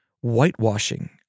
whitewashing